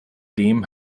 dem